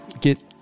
get